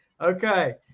Okay